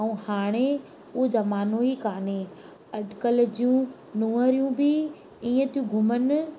ऐं हाणे उहो ज़मानो ई कोन्हे अॼुकल्ह जूं नुंहरूं बि ईअं थियूं घुमनि